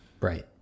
Right